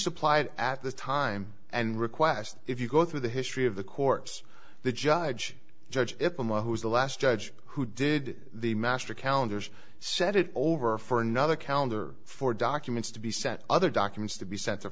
supplied at the time and request if you go through the history of the courts the judge judge who is the last judge who did the master calendars set it over for another calendar for documents to be sent other documents to be sent t